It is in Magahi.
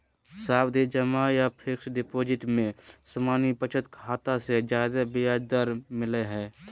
सावधि जमा या फिक्स्ड डिपाजिट में सामान्य बचत खाता से ज्यादे ब्याज दर मिलय हय